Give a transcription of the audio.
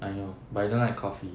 I know but I don't like coffee